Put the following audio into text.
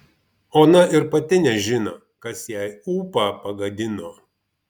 ona ir pati nežino kas jai ūpą pagadino